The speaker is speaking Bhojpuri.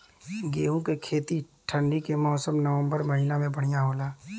गेहूँ के खेती ठंण्डी के मौसम नवम्बर महीना में बढ़ियां होला?